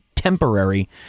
temporary